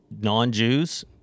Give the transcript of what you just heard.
non-Jews